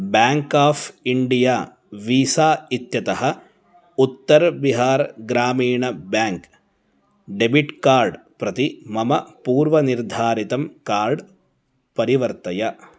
bank of India Visa इत्यतः Uttar Bihar Gramin bank debit card प्रति मम पूर्वनिर्धारितं कार्ड् परिवर्तय